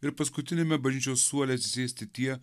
ir paskutiniame bažnyčios suole atsisėsti tie